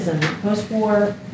Post-war